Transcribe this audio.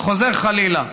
וחוזר חלילה.